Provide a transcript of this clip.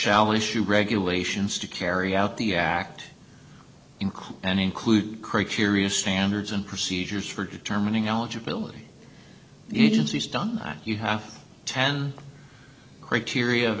shall issue regulations to carry out the act in court and include criteria standards and procedures for determining eligibility agency's done you have ten criteria